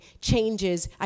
changes